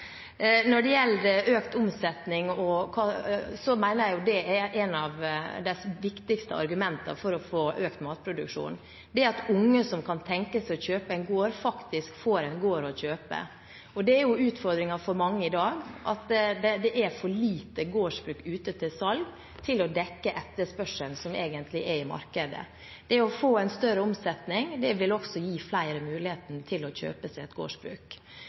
Når det gjelder økt omsetning, mener jeg at et av de viktigste argumentene for å øke matproduksjonen er at unge som kan tenke seg å kjøpe en gård, faktisk får en gård å kjøpe. Utfordringen for mange i dag er at det er for få gårdsbruk til salgs til å dekke etterspørselen som egentlig er i markedet. Det å få en større omsetning vil også gi flere muligheten til å kjøpe et gårdsbruk.